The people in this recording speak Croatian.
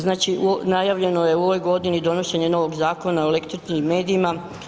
Znači najavljeno je u ovoj godini donošenje novog Zakona o elektroničkim medijima.